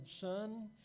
Son